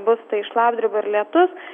bus tai šlapdriba ir lietus